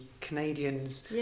Canadians